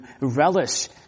relish